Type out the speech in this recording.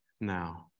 now